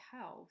health